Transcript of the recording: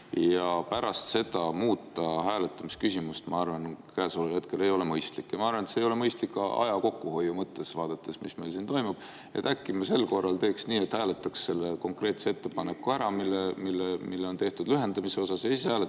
Pärast seda muuta hääletamisküsimust, ma arvan, käesoleval hetkel ei ole mõistlik. Ja ma arvan, et see ei ole mõistlik ka aja kokkuhoiu mõttes, vaadates, mis meil siin toimub. Äkki me sel korral teeks nii, et hääletame selle konkreetse ettepaneku ära, mis on tehtud lühendamise kohta, ja siis hääletame